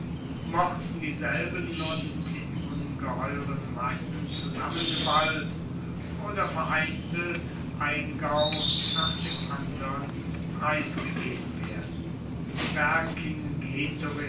mochten dieselben nun in ungeheuren massen zusammengeballt oder vereinzelt ein gau nach dem andern preisgegeben werden